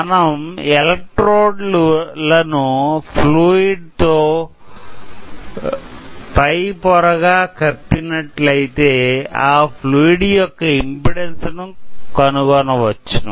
మనం ఎలక్ట్రోడ్ ల ను ఫ్లూయిడ్ తో పై పొర గా కప్పినట్లయితే ఆ ఫ్లూయిడ్ యొక్క ఇంపిడెన్సు ను కనుగొనవచ్చును